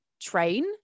train